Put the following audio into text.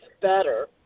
better